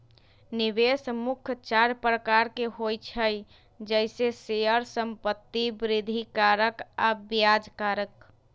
निवेश मुख्य चार प्रकार के होइ छइ जइसे शेयर, संपत्ति, वृद्धि कारक आऽ ब्याज कारक